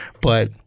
but-